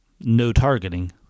no-targeting